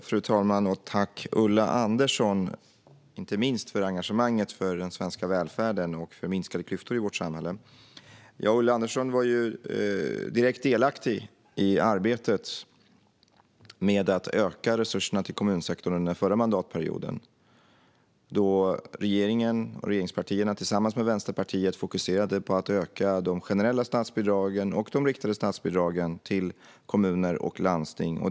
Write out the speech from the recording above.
Fru ålderspresident! Tack, Ulla Andersson, inte minst för engagemanget för den svenska välfärden och för minskade klyftor i vårt samhälle! Ulla Andersson var ju direkt delaktig i arbetet med att öka resurserna till kommunsektorn under den förra mandatperioden, då regeringen och regeringspartierna tillsammans med Vänsterpartiet fokuserade på att öka de generella och riktade statsbidragen till kommuner och landsting.